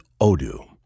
Odoo